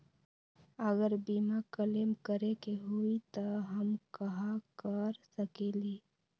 अगर बीमा क्लेम करे के होई त हम कहा कर सकेली?